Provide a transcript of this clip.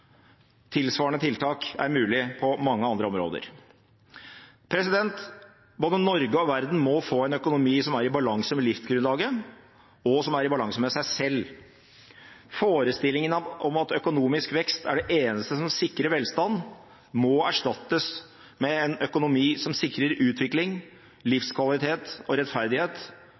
Tilsvarende tiltak er mulig på mange andre områder. Både Norge og verden må få en økonomi som er i balanse med livsgrunnlaget, og som er i balanse med seg selv. Forestillingen om at økonomisk vekst er det eneste som sikrer velstand, må erstattes med en økonomi som sikrer utvikling, livskvalitet og rettferdighet,